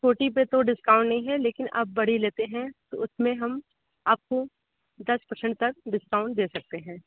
छोटी पे तो डिस्काउंट नहीं है लेकिन आप बड़ी लेते हैं तो उसमें हम आपको दस पर्सेंट तक डिस्काउंट दे सकते हैं